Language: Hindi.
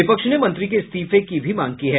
विपक्ष ने मंत्री के इस्तीफे की मांग की है